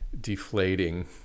deflating